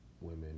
women